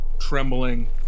trembling